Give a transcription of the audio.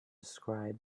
describe